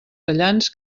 tallants